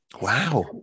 Wow